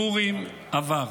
פורים עבר.